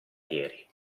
ieri